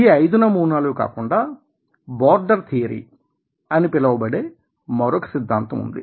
ఈ 5 నమూనాలు కాకుండా బోర్డర్ థియరీ అని పిలవబడే మరొక సిద్ధాంతం ఉంది